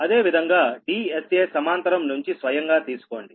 అదేవిధంగా Dsa సమాంతరం నుంచి స్వయంగా తీసుకోండి